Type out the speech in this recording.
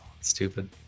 Stupid